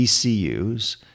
ECU's